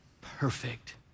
perfect